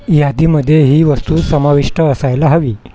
यादीमध्ये ही वस्तू समाविष्ट असायला हवी